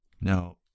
Now